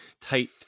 tight